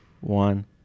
one